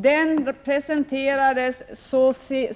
Det betänkandet presenterades